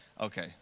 Okay